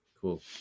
Cool